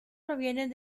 provienen